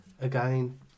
again